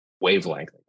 wavelength